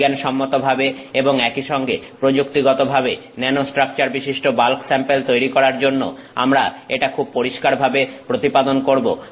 বিজ্ঞানসম্মতভাবে এবং একইসঙ্গে প্রযুক্তিগতভাবে ন্যানোস্ট্রাকচার বিশিষ্ট বাল্ক স্যাম্পেল তৈরি করার জন্য আমরা এটা খুব পরিস্কারভাবে প্রতিপাদন করব